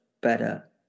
better